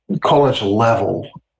college-level